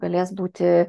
galės būti